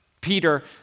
Peter